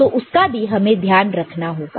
तो उसका भी हमें ध्यान रखना होगा